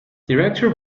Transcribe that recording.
director